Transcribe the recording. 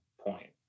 point